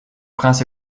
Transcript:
prince